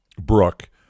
Brooke